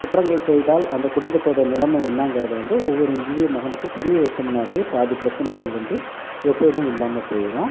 குற்றங்கள் செய்தால் அந்த குடும்பத்தோட நிலைமை என்னாங்கறதை வந்து ஒவ்வொரு இந்திய மகனுக்கு புரிய வச்சோமுன்னாவே பாதி பிரச்சனைகள் வந்து எப்போதும் இல்லாமல் போயிரும்